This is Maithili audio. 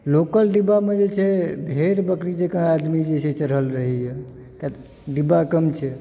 लोकल डिब्बामे जे छै भेड़ बकरी जकांँ आदमी जे छै से चढ़ल रहैए तऽ डिब्बा कम छै